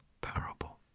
parable